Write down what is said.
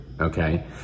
okay